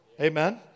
Amen